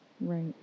Right